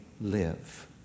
live